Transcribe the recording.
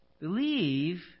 Believe